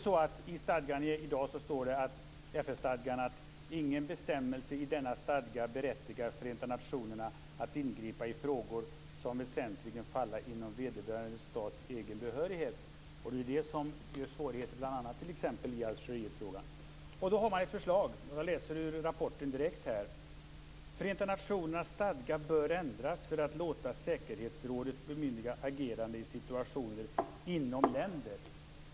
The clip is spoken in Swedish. I FN-stadgan står det i dag att "ingen bestämmelse i denna stadga berättigar Förenta nationerna att ingripa i frågor som väsentligen falla inom vederbörande stats egen behörighet". Det är det som ger svårigheter bl.a. i Algerietfrågan. Men då har man ett förslag. Jag läser direkt ur rapporten: Förenta nationernas stadga bör ändras för att låta säkerhetsrådet bemyndiga agerande i situationer inom länder.